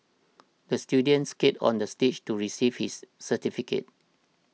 the student skated onto the stage to receive his certificate